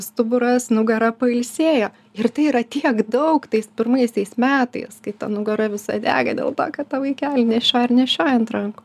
stuburas nugara pailsėjo ir tai yra tiek daug tais pirmaisiais metais kai ta nugara visa dega dėl to kad tą vaikelį nešioji ir nešioji ant rankų